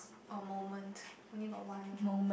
or moment only got one ah